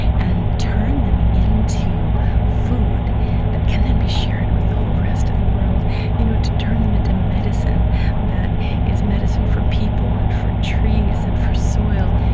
and turn them into food that can then be shared with the whole rest of the world you know to turn them into medicine that is medicine for people and for trees and for soil,